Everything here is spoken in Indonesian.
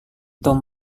tom